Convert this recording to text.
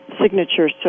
signature